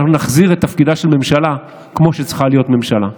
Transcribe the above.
ואנחנו נחזיר את תפקידה של ממשלה כמו שצריכה להיות ממשלה.